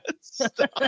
Stop